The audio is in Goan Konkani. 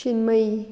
चिनमयी